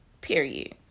Period